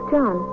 John